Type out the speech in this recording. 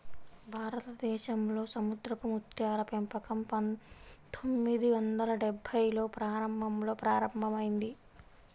భారతదేశంలో సముద్రపు ముత్యాల పెంపకం పందొమ్మిది వందల డెభ్భైల్లో ప్రారంభంలో ప్రారంభమైంది